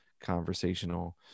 conversational